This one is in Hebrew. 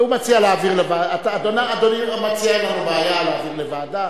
אדוני מציע להעביר לוועדה,